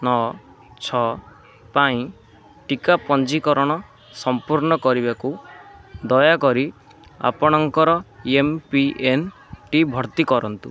ନଅ ଛଅ ପାଇଁ ଟିକା ପଞ୍ଜୀକରଣ ସଂପୂର୍ଣ୍ଣ କରିବାକୁ ଦୟାକରି ଆପଣଙ୍କର ଏମ୍ପିନ୍ଟି ଭର୍ତ୍ତି କରନ୍ତୁ